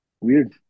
Weird